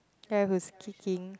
guy who's kicking